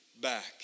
back